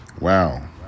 Wow